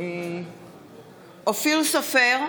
אופיר סופר,